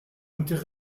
inter